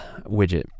widget